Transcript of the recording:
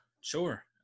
Sure